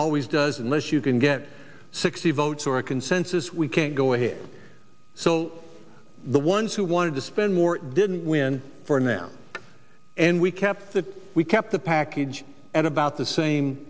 always does unless you can get sixty votes or a consensus we can't go ahead so the ones who wanted to spend more didn't win for now and we kept that we kept the package at about the same